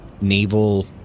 naval